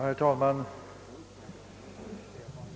Herr talman!